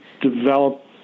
develop